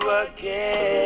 Again